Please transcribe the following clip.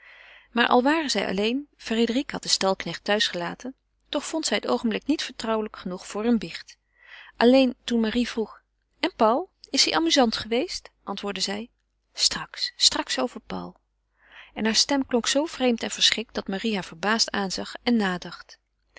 maar al waren zij alleen frédérique had den stalknecht thuis gelaten toch vond zij het oogenblik niet vertrouwelijk genoeg voor een biecht alleen toen marie vroeg en paul is hij amuzant geweest antwoordde zij straks straks over paul en haar stem klonk zoo vreemd en verschrikt dat marie haar verbaasd aanzag en nadacht